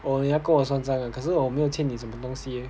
oh 你要跟我算账可是我没有欠你什么东西